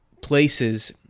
places